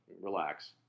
relax